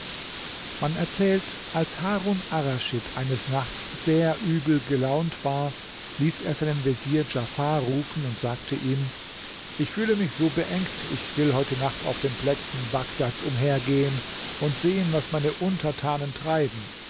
man erzählt als harun arraschid eines nachts sehr übel gelaunt war ließ er seinen vezier djafar rufen und sagte ihm ich fühle mich so beengt ich will heute nacht auf den plätzen bagdads umhergehen und sehen was meine untertanen treiben